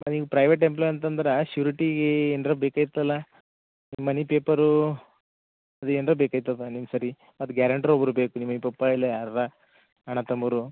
ಅದು ನೀವು private employ ಅಂತಂದ್ರ ಶೂರಿಟಿಗೀ ಏನ್ರ ಬೇಕಾಗಿತ್ತು ಅಲ್ಲ ಈ ಮನಿ ಪೇಪರೂ ಅದು ಏನ್ರ ಬೇಕಾಯ್ತದ ನಿಮ್ಮ ಸರಿ ಅದ ಗ್ಯಾರೆಂಟ್ರ್ ಒಬ್ರು ಬೇಕು ನಿಮ್ಗ ಪಪ್ಪ ಇಲ್ಲ ಯಾರರ ಅಣ್ಣ ತಮ್ಮರು